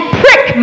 prick